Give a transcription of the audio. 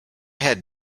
had